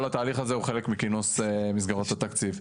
כל התהליך הזה הוא חלק מכינוס מסגרות התקציב.